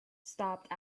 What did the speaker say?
stopped